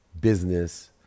business